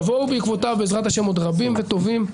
יבואו בעקבותיו בעזרת ה' עוד רבים וטובים.